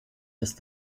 ist